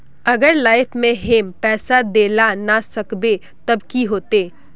अगर लाइफ में हैम पैसा दे ला ना सकबे तब की होते?